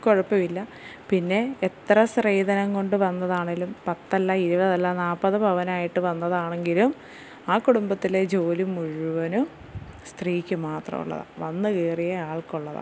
കുഴപ്പമില്ല പിന്നെ എത്ര സ്ത്രീധനം കൊണ്ടുവന്നതാണേലും പത്തല്ല ഇരുപതല്ല നാൽപ്പത് പവനായിട്ട് വന്നതാണെങ്കിലും ആ കുടുംബത്തിലെ ജോലി മുഴുവനും സ്ത്രീയ്ക്ക് മാത്രമുള്ളതാണ് വന്ന് കയറിയ ആൾക്കുള്ളതാണ്